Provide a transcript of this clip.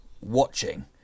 watching